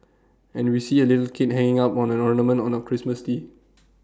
and we see A little kid hanging up on A ornament on A Christmas tree